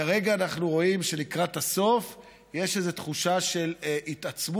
כרגע אנחנו רואים שלקראת הסוף יש איזה תחושה של התעצמות,